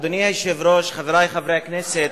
אדוני היושב-ראש, חברי חברי הכנסת,